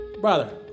brother